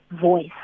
voice